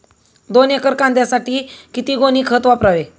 दोन एकर कांद्यासाठी किती गोणी खत वापरावे?